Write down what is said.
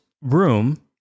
room